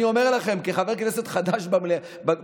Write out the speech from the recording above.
אני אומר לכם כחבר כנסת חדש בכנסת,